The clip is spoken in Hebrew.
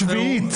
השביעית.